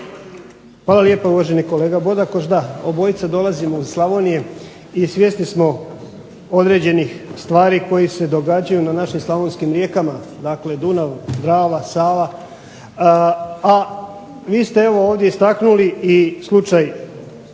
Hvala lijepa uvaženi kolega Bodakoš. Da obojica dolazimo iz Slavonije, i svjesni smo određenih stvari koje se događaju na našim slavonskim rijekama, dakle Dunav, Drava, Sava, a vi ste evo ovdje istaknuli i slučaj